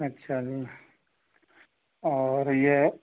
अच्छा जी और ये